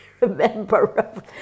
remember